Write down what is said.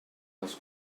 les